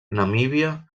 namíbia